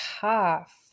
tough